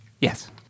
Yes